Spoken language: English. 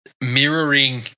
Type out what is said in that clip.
mirroring